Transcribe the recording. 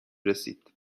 رسید